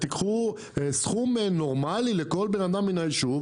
תקחו סכום נורמלי לכל בן אדם מן היישוב,